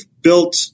built